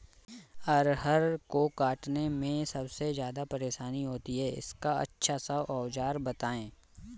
अरहर को काटने में सबसे ज्यादा परेशानी होती है इसका अच्छा सा औजार बताएं?